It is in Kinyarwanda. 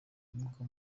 umwuka